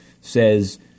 says